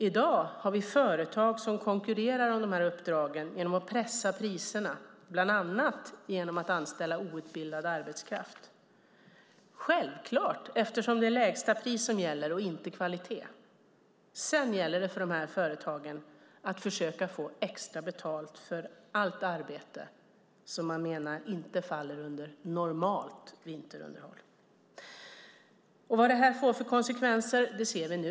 I dag har vi företag som konkurrerar om de här uppdragen genom att pressa priserna, bland annat genom att anställa outbildad arbetskraft. Det är självklart, eftersom det är lägsta pris som gäller och inte kvalitet. Sedan gäller det för de här företagen att försöka få extra betalt för allt arbete som man menar inte faller under normalt vinterunderhåll. Vad det här får för konsekvenser ser vi nu.